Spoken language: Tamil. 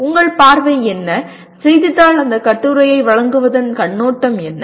உங்கள் பார்வை என்ன செய்தித்தாள் அந்தக் கட்டுரையை வழங்குவதன் கண்ணோட்டம் என்ன